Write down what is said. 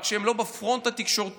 רק שהם לא בפרונט התקשורתי.